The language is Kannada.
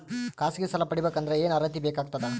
ಖಾಸಗಿ ಸಾಲ ಪಡಿಬೇಕಂದರ ಏನ್ ಅರ್ಹತಿ ಬೇಕಾಗತದ?